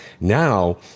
now